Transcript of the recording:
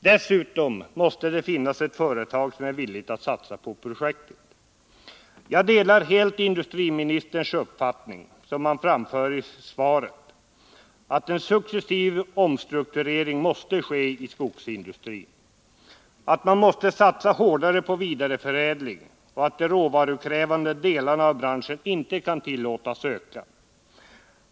Dessutom måste det finnas ett företag som är villigt att satsa på 179 Jag delar helt industriministerns uppfattning, som han framför i svaret, att en successiv omstrukturering måste ske i skogsindustrin, att man måste satsa hårdare på vidareförädling och att de råvarukrävande delarna av branschen inte kan tillåtas öka.